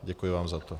Děkuji vám za to.